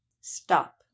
stop